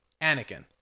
Anakin